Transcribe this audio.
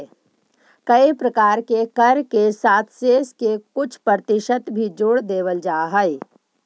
कए प्रकार के कर के साथ सेस के कुछ परतिसत भी जोड़ देवल जा हई